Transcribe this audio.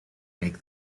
make